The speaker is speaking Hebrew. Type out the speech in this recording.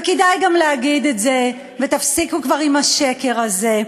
וכדאי גם להגיד את זה, ותפסיקו כבר עם השקר הזה,